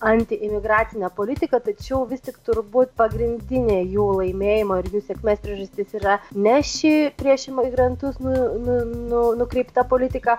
antiimigracinę politiką tačiau vis tik turbūt pagrindinė jų laimėjimo ir jų sėkmės priežastis yra ne ši prieš imigrantus nu nu nu nukreipta politika